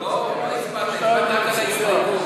לא הצבעת על הסעיף.